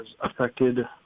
affected